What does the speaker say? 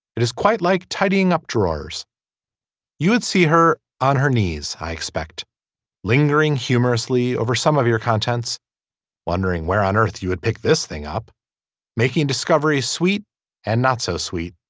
it is quite like tidying up drawers you would see her on her knees. i expect lingering humorously over some of your contents wondering where on earth you would pick this thing up making discovery is sweet and not so sweet.